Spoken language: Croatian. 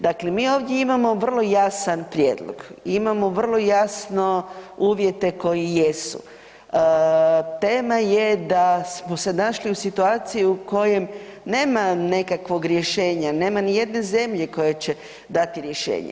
Dakle, mi ovdje imamo vrlo jasan prijedlog i imamo vrlo jasno uvjete koji jesu, tema je da smo se našli u situaciji u kojem nema nekakvog rješenja, nema ni jedne zemlje koja će dati rješenje.